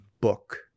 book